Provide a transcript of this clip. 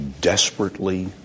desperately